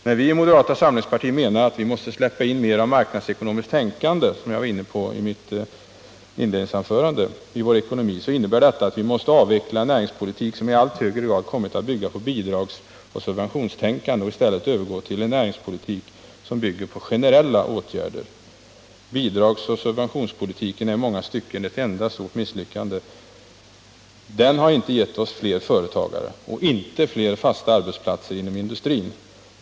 När vi i moderata samlingspartiet menar att det måste släppas in mera marknadsekonomiskt tänkande i vår ekonomi, något som jag var inne på i mitt inledningsanförande, så innebär detta att vi måste avveckla en näringspolitik som i allt högre grad kommit att bygga på bidragsoch subventionstänkande och i stället övergå till en näringspolitik som bygger på generella åtgärder. Bidragsoch subventionspolitiken är i många stycken ett enda stort misslyckande. Den har inte givit oss fler företagare och inte fler fasta arbetsplatser inom industrin.